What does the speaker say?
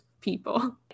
people